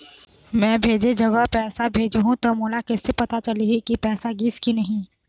मैं भेजे जगह पैसा भेजहूं त मोला कैसे पता चलही की पैसा गिस कि नहीं?